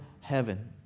heaven